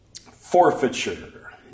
Forfeiture